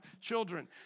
children